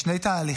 יש שני תהליכים,